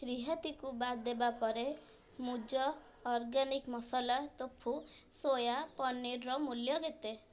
ରିହାତିକୁ ବାଦ୍ ଦେବା ପରେ ମୂଜ ଅର୍ଗାନିକ୍ ମସାଲା ତୋଫୁ ସୋୟା ପନିର୍ର ମୂଲ୍ୟ କେତେ